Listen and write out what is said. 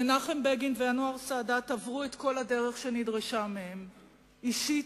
מנחם בגין ואנואר סאדאת עברו את כל הדרך שנדרשה מהם אישית,